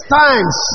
times